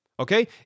okay